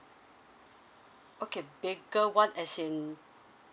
okay bigger one as in